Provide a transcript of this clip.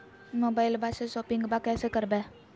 मोबाइलबा से शोपिंग्बा कैसे करबै?